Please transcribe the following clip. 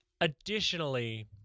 Additionally